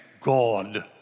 God